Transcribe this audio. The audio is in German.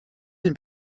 den